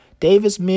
Davis